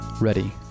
ready